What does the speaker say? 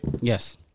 Yes